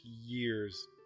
years